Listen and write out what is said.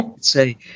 Say